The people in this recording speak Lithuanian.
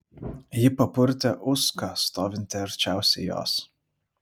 ji papurtė uską stovintį arčiausiai jos